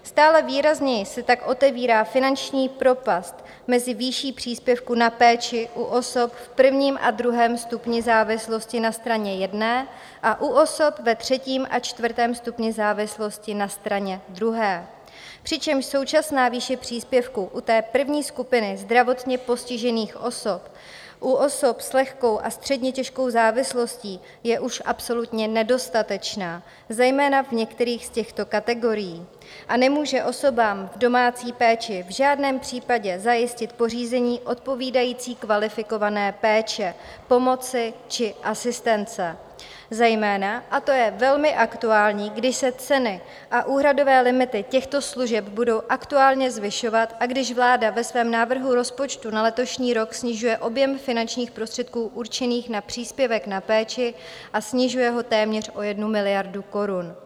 Stále výrazněji se tak otevírá finanční propast mezi výší příspěvku na péči u osob v prvním a druhém stupni závislosti na straně jedné a u osob ve třetím a čtvrtém stupni závislosti na straně druhé, přičemž současná výše příspěvku u té první skupiny zdravotně postižených osob, u osob s lehkou a středně těžkou závislostí, je už absolutně nedostatečná zejména v některých z těchto kategorií a nemůže osobám v domácí péči v žádném případě zajistit pořízení odpovídající kvalifikované péče, pomoci či asistence zejména, a to je velmi aktuální, když se ceny a úhradové limity těchto služeb budou aktuálně zvyšovat a když vláda ve svém návrhu rozpočtu na letošní rok snižuje objem finančních prostředků určených na příspěvek na péči a snižuje ho téměř o jednu miliardu korun.